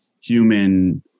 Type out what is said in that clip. human